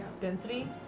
Density